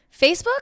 facebook